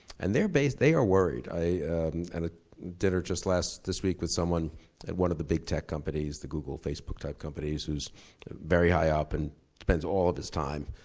and they're, they are worried. i and ah dinner just last, this week, with someone at one of the big tech companies, the google, facebook type companies who's very high up and spends all of his time,